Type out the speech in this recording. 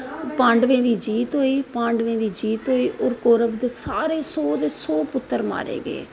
पांडवें दी जीत होई पांडवें दी जीत होई और कौरव सारे सौ दे सौ पुतर मारे गे